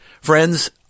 Friends